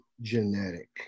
genetic